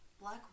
Black